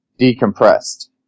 decompressed